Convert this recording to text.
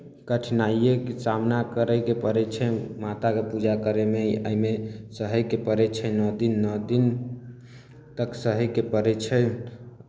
कठिनाइओँके सामना करयके पड़ै छै माताके पूजा करयमे एहिमे सहयके पड़ै छै नओ दिन नओ दिन तक सहयके पड़ै छै